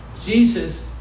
Jesus